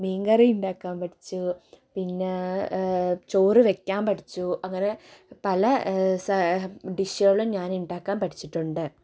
മീൻ കറി ഉണ്ടാക്കാൻ പഠിച്ചു പിന്നെ ചോറു വെക്കാൻ പഠിച്ചു അങ്ങനെ പല സ ഡിഷുകളും ഞാൻ ഉണ്ടാക്കാൻ പഠിച്ചിട്ടുണ്ട്